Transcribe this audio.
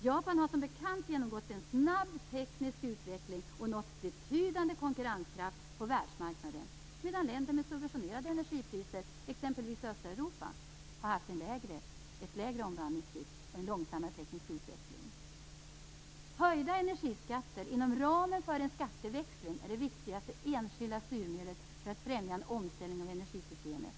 Japan har som bekant genomgått en snabb teknisk utveckling och nått betydande konkurrenskraft på världsmarknaden, medan länder med subventionerade energipriser, exempelvis i östra Europa, har haft ett lägre omvandlingstryck och en långsammare teknisk utveckling. Höjda energiskatter inom ramen för en skatteväxling är det viktigaste enskilda styrmedlet för att främja en omställning av energisystemet.